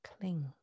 cling